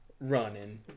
running